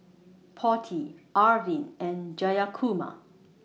Potti Arvind and Jayakumar